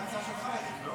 גם הצעה שלך, יריב,